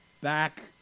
back